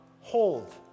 hold